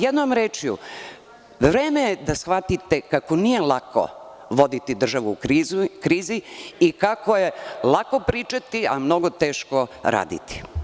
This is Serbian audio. Jednom rečju, vreme je da shvatite kako nije lako voditi državu u krizi i kako je lako pričati, a mnogo teško raditi.